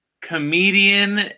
comedian